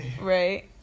Right